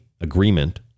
agreement